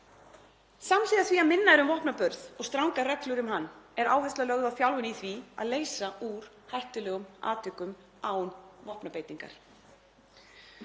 Samhliða því að minna er um vopnaburð og strangar reglur um hann er áhersla lögð á þjálfun í því að leysa úr hættulegum atvikum án vopnabeitingar.